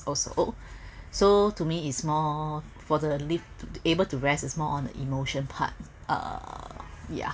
also so to me is more for the leave to able to rest is more on the emotion part uh yeah